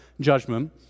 judgment